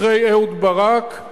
אחרי אהוד ברק,